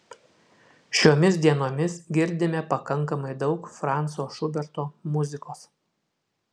šiomis dienomis girdime pakankamai daug franco šuberto muzikos